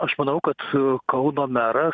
aš manau kad kauno meras